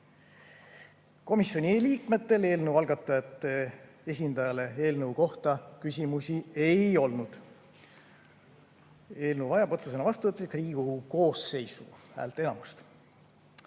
Komisjoni liikmetel eelnõu algatajate esindajale eelnõu kohta küsimusi ei olnud. Eelnõu vajab otsusena vastuvõtmiseks Riigikogu koosseisu häälteenamust. Ja